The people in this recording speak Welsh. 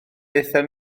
aethon